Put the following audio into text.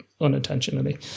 unintentionally